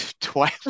twice